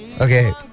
okay